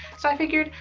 so i figured,